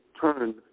turn